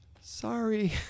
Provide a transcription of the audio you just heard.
Sorry